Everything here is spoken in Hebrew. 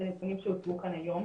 זה נתונים שהוצגו כאן היום.